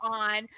on